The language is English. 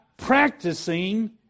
Practicing